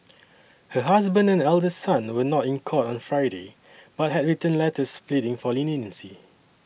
her husband and elder son were not in court on Friday but had written letters pleading for leniency